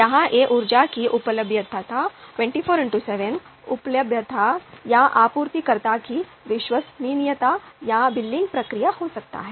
या यह ऊर्जा की उपलब्धता 24X7 उपलब्धता या आपूर्तिकर्ता की विश्वसनीयता या बिलिंग प्रक्रिया हो सकती है